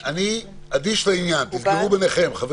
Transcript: אני אדיש לעניין, תסגרו ביניכם.